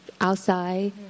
outside